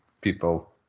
people